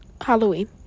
halloween